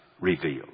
revealed